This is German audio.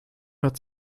hat